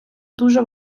дуже